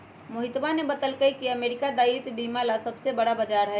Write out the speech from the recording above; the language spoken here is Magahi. मोहितवा ने बतल कई की अमेरिका दायित्व बीमा ला सबसे बड़ा बाजार हई